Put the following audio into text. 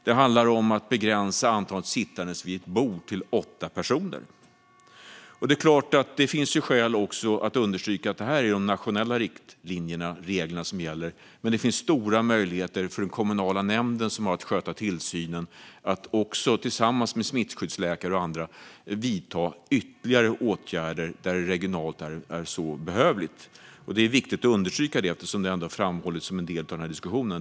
Det handlar om att begränsa antalet sittande vid ett bord till åtta personer. Det är klart att det finns skäl att understryka att det är de nationella riktlinjerna och reglerna som gäller. Men det finns stora möjligheter för den kommunala nämnden som har att sköta tillsynen att tillsammans med smittskyddsläkare och andra vidta ytterligare åtgärder där det regionalt är så behövligt. Det är viktigt att understryka det, eftersom det har framhållits som en del av diskussionen.